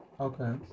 Okay